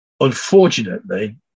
Unfortunately